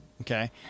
Okay